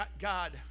God